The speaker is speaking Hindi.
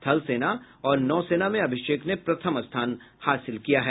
थल सेना और नौ सेना में अभिषेक ने प्रथम स्थान हासिल किया है